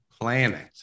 planet